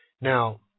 Now